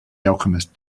alchemist